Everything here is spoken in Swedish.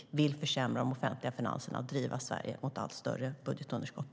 De vill försämra de offentliga finanserna och driva Sverige mot allt större budgetunderskott.